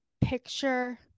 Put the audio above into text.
picture